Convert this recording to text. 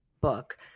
book